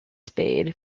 spade